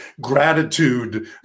gratitude